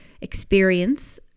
experience